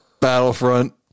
Battlefront